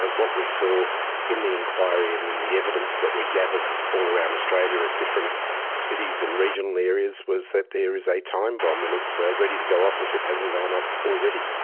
what we saw in the inquiry and in the evidence that we gathered all around australia at different cities and regional areas was that there is a time bomb and it's ready to go off, if it hasn't gone off already.